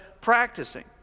practicing